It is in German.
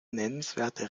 nennenswerte